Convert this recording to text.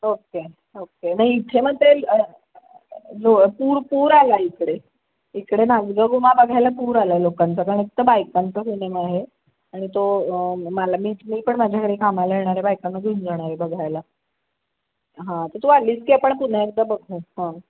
okay okay नाही इथे मग ते जो भरपूर पूर आला आहे इकडे इकडे नाच गं घुमा बघायला पूर आला आहे लोकांचा कारण एकतर बायकांचा सिनेमा आहे आणि तो मला मी मी पण माझ्याघरी कामायला येणाऱ्या बायकांना घेऊन जाणार आहे बघायला हां तर तू आलीस की आपण पुन्हा एकदा बघू हां